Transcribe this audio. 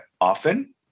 often